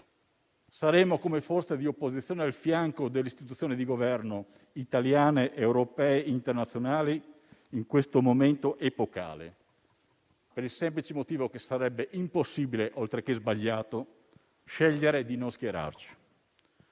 Saremo, come forza di opposizione, al fianco delle Istituzioni di Governo italiane, europee e internazionali in questo momento epocale, per il semplice motivo che sarebbe impossibile, oltre che sbagliato, scegliere di non schierarci.